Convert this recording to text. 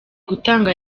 gutanga